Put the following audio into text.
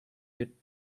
you